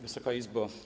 Wysoka Izbo!